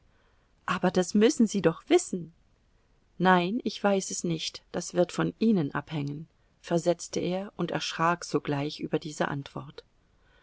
aber das müssen sie doch wissen nein ich weiß es nicht das wird von ihnen abhängen versetzte er und erschrak sogleich über diese antwort